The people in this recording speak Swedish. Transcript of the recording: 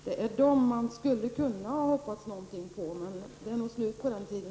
Det är den man skulle ha kunnat hoppas någonting av, men det är nog slut på den tiden.